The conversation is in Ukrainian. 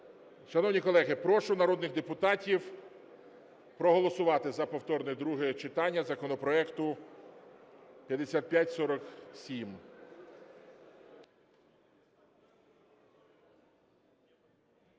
Шановні колеги, прошу народних депутатів проголосувати за повторне друге читання законопроект 5547.